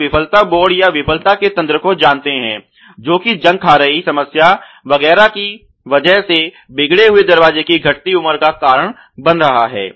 आप विफलता बोर्ड या विफलता के तंत्र को जानते हैं जो कि जंग खा रही समस्या वगैरह की वजह से बिगड़े हुए दरवाजे कि घटती उम्र का कारण बन रहा है